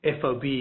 FOB